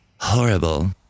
horrible